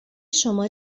شما